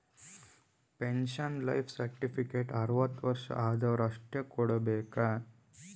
pension life certificate ಅರ್ವತ್ ವರ್ಷ ಆದ್ವರು ಅಷ್ಟೇ ಕೊಡ್ಬೇಕ